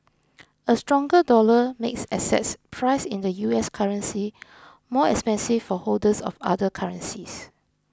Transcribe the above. a stronger dollar makes assets priced in the U S currency more expensive for holders of other currencies